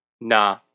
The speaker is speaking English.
Nah